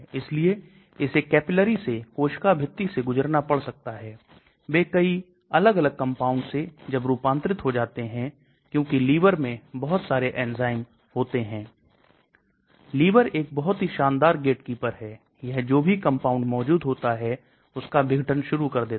तो एक ester समूह को लगाना आसान है जो वैसे भी शरीर के अंदर टूट जाएगा क्योंकि हमारे शरीर में esterase एंजाइम होता है फिर सक्रिय दवा शरीर के अंदर कार्य करना शुरू कर देगी यह प्रक्रिया है सामान्यता इसे अपनाया जाता है